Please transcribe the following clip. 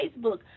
Facebook